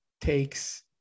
takes